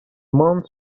مانتس